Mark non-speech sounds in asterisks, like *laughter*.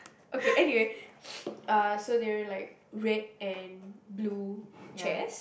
okay anyway *noise* uh so there will like red and blue chairs